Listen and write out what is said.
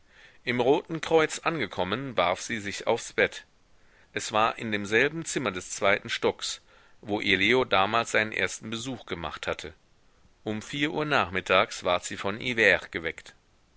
im roten kreuz angekommen warf sie sich aufs bett es war in demselben zimmer des zweiten stocks wo ihr leo damals seinen ersten besuch gemacht hatte um vier uhr nachmittags ward sie von hivert geweckt